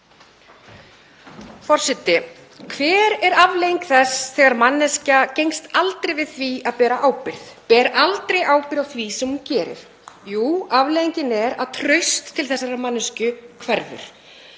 Forseti. Hver er afleiðing þess þegar manneskja gengst aldrei við ábyrgð, ber aldrei ábyrgð á því sem hún gerir? Jú, afleiðingin er að traust til þessarar manneskju hverfur.